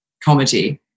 comedy